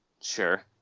Sure